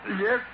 Yes